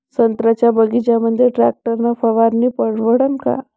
संत्र्याच्या बगीच्यामंदी टॅक्टर न फवारनी परवडन का?